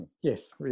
Yes